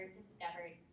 discovered